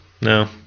no